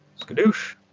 Skadoosh